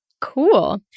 Cool